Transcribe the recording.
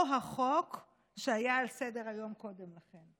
החוק שהיה על סדר-היום קודם לכן.